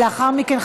ולאחר מכן,